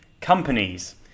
companies